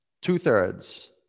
Two-thirds